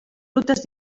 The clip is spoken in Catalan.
rutes